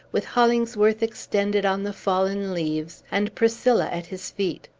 with hollingsworth extended on the fallen leaves, and priscilla at his feet!